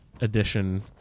edition